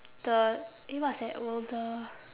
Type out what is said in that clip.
the eh what's that will the